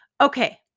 Okay